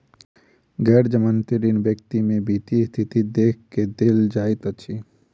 गैर जमानती ऋण व्यक्ति के वित्तीय स्थिति देख के देल जाइत अछि